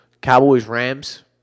Cowboys-Rams